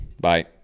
Bye